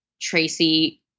Tracy